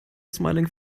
smiling